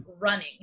running